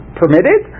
permitted